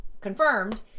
confirmed